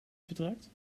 vertrekt